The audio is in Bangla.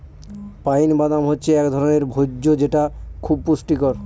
পাইন বাদাম হচ্ছে এক ধরনের ভোজ্য যেটা খুব পুষ্টিকর